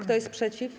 Kto jest przeciw?